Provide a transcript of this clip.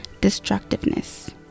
destructiveness